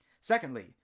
Secondly